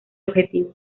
objetivo